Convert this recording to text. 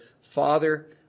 Father